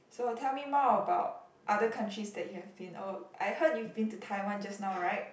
so tell me more about other countries that you have been oh I heard you've been to Taiwan just now right